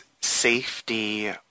safety